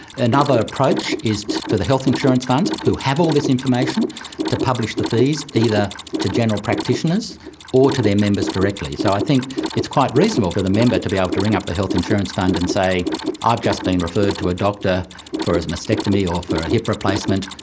another approach is for the health insurance funds who have all this information to publish the fees, either to general practitioners or to their members directly. so i think it's quite reasonable for the member to be able to ring up the health insurance fund and say i've just been referred to a doctor for a mastectomy or for a hip replacement,